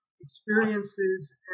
experiences